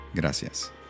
Gracias